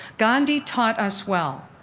gandhi taught us well,